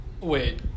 Wait